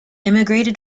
emigrated